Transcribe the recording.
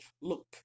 look